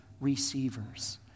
receivers